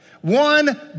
One